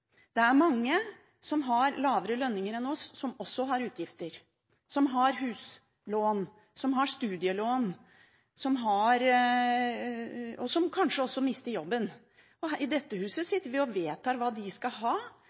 Det er mange som har lavere lønninger enn oss, som også har utgifter, som har huslån, som har studielån, og som kanskje også mister jobben. I dette huset sitter vi og vedtar hva de som mister jobben, skal ha